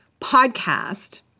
podcast